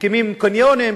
מקימים קניונים,